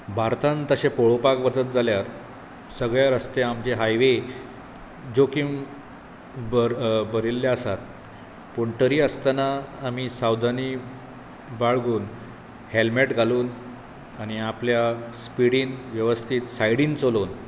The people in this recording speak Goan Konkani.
भारतांत तशें पळोवपाक वचत जाल्यार सगळें रस्ते आमचें हायवे जोखीम बरयल्ले आसात पूण तरी आसतना आमी सावधानी बाळगून हेल्मेट घालून आनी आपल्या स्पिडीन वेवस्थीत सायडिन चलोवन